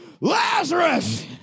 Lazarus